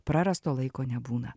prarasto laiko nebūna